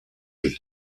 jeux